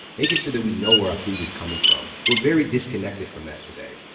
making sure that we know where our food is coming from. we're very disconnected from that today,